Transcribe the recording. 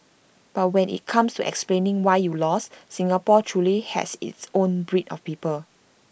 but when IT comes to explaining why you lost Singapore truly has its own breed of people